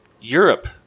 Europe